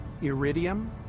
iridium